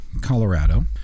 colorado